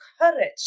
courage